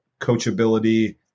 coachability